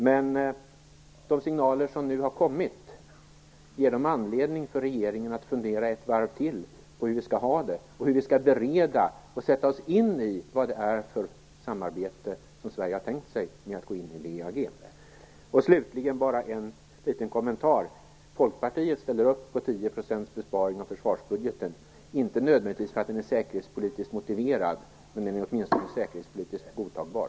Ger de signaler som nu har kommit regeringen anledning att fundera ett varv till på hur vi skall ha det, hur vi skall bereda detta ärende och sätta oss in i vad det är för samarbete som Sverige har tänkt sig med att gå in i Slutligen bara en liten kommentar: Folkpartiet ställer upp på 10 procents besparing på försvarsbudgeten - inte nödvändigtvis för att den är säkerhetspolitiskt motiverad, men den är åtminstone säkerhetspolitiskt godtagbar.